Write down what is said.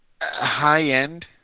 high-end